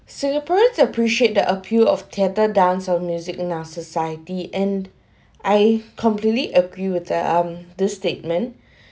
singaporeans appreciate the appeal of theatre dance on music in our society and I completely agree with the um this statement